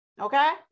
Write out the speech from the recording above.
Okay